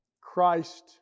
Christ